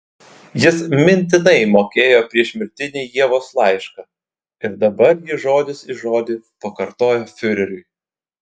jis mintinai mokėjo priešmirtinį ievos laišką ir dabar jį žodis į žodį pakartojo fiureriui